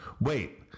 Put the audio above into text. Wait